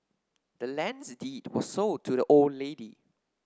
the land's deed was sold to the old lady